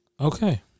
Okay